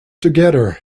together